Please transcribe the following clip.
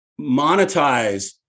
monetize